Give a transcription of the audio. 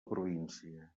província